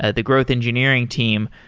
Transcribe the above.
ah the growth engineering team,